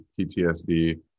PTSD